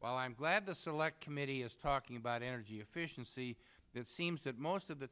while i'm glad the select committee is talking about energy efficiency it seems that most of the